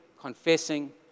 confessing